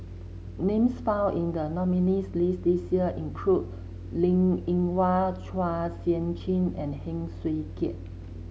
names found in the nominees' list this year include Linn In Hua Chua Sian Chin and Heng Swee Keat